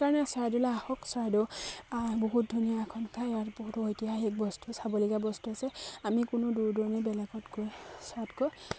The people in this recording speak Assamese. সেইকাৰণে চৰাইদেউলৈ আহক চৰাইদেউ বহুত ধুনীয়া এখন ঠাই ইয়াৰ বহুতো ঐতিহাসিক বস্তু চাবলগীয়া বস্তু আছে আমি কোনো দূৰ দূৰণি বেলেগত গৈ চোৱাতকৈ